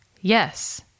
Yes